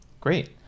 great